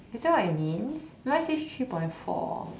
is that what it means mine says three point four